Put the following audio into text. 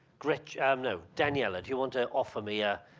gretchen, um no daniela, do you want to offer me a.